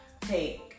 take